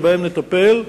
שבהם נטפל,